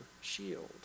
shield